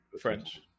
French